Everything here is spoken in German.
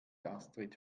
astrid